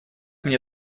мне